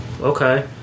Okay